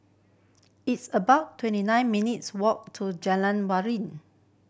it's about twenty nine minutes' walk to Jalan